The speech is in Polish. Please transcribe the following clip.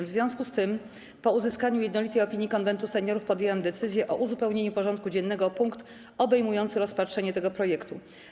W związku z tym, po uzyskaniu jednolitej opinii Konwentu Seniorów, podjęłam decyzję o uzupełnieniu porządku dziennego o punkt obejmujący rozpatrzenie tego projektu.